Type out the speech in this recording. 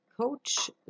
coach